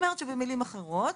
במילים אחרות,